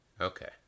Okay